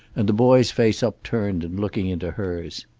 and the boy's face upturned and looking into hers.